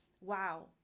wow